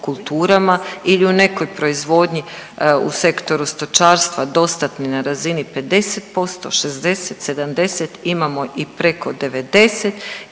kulturama ili u nekoj proizvodnji u Sektoru stočarstva dostatni na razini 50%, 60, 70. Imamo i preko 90.